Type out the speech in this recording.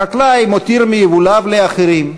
החקלאי מותיר מיבוליו לאחרים,